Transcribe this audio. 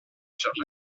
charge